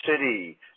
City